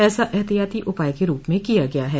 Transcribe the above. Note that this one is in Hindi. ऐसा ऐहतियाती उपाय के रूप में किया गया है